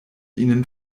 ihnen